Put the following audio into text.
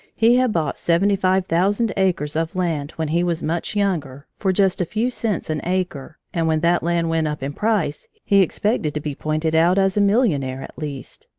he had bought seventy-five thousand acres of land when he was much younger, for just a few cents an acre, and when that land went up in price, he expected to be pointed out as a millionaire, at least.